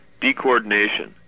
decoordination